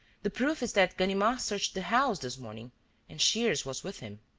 the proof is that ganimard searched the house this morning and shears was with him.